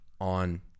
on